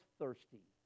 thirsty